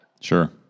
Sure